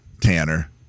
Tanner